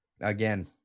Again